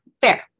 fair